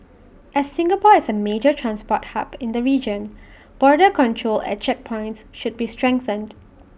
as Singapore is A major transport hub in the region border control at checkpoints should be strengthened